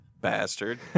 bastard